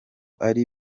ari